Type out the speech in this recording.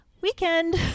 weekend